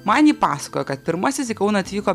man ji pasakojo kad pirmasis į kauną atvyko